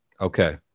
okay